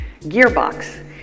Gearbox